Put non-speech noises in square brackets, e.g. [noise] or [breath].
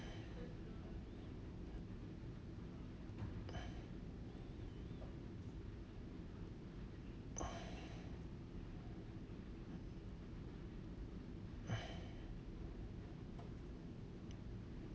[breath]